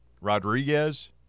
Rodriguez